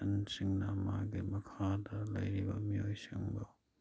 ꯑꯍꯟꯁꯤꯡꯅ ꯃꯥꯒꯤ ꯃꯈꯥꯗ ꯂꯩꯔꯤꯕ ꯃꯤꯑꯣꯏꯁꯤꯡꯕꯨ